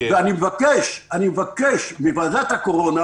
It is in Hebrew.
אני מבקש מוועדת הקורונה